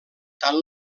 tant